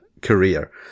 career